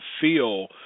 feel